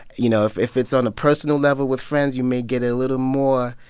you know if if it's on a personal level with friends, you may get a little more.